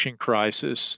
crisis